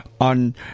On